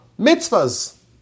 Mitzvahs